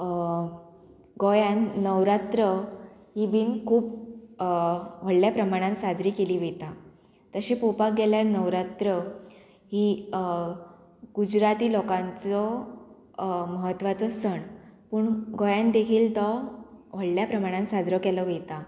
गोंयान नवरात्र ही बीन खूब व्हडल्या प्रमाणान साजरी केली वयता तशें पळोवपाक गेल्यार नवरात्र ही गुजराती लोकांचो म्हत्वाचो सण पूण गोंयान देखील तो व्हडल्या प्रमाणान साजरो केलो वयता